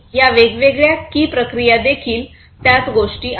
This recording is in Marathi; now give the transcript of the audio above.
आणि या वेगवेगळ्या की प्रक्रिया देखील त्याच गोष्टी आहेत